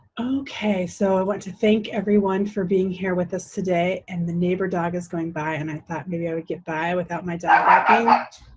okay, so i want to thank everyone for being here with us today, and the neighbor dog is going by, and i thought maybe i would get by without my dog barking. like